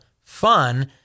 fun